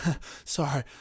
sorry